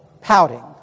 pouting